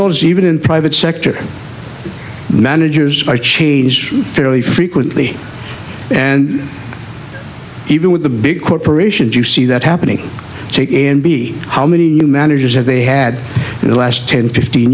knows even in private sector managers are changed fairly frequently and even with the big corporations you see that happening a and b how many new managers have they had in the last ten fifteen